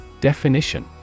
Definition